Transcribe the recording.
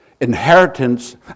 inheritance